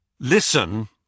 Listen